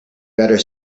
better